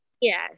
Yes